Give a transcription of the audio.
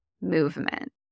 Movement